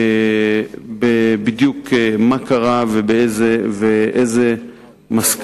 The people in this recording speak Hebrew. בדיוק מה קרה ואילו מסקנות